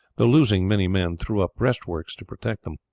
though losing many men, threw up breastworks to protect them.